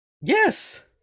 Yes